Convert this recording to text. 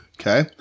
Okay